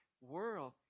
world